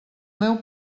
meu